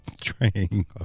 train